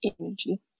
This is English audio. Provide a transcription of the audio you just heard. energy